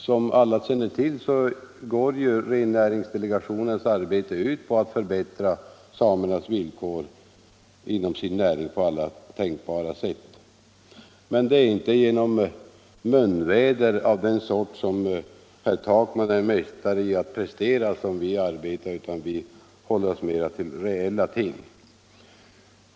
Som alla känner till går ju rennäringsdelegationens arbete ut på att på alla tänkbara sätt förbättra samernas villkor inom deras näring. Men det är inte genom munväder av den sort som herr Takman är mästare i att prestera som vi arbetar, utan vi håller oss mera till reella ting.